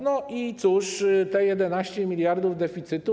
No i cóż te 11 mld deficytu?